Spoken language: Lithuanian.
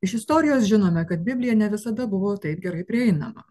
iš istorijos žinome kad biblija ne visada buvo taip gerai prieinama